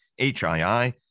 HII